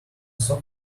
often